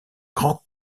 grand